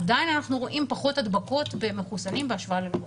עדיין אנחנו רואים פחות הדבקות במחוסנים בהשוואה ללא מחוסנים.